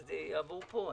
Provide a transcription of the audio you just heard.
זה יעבור פה.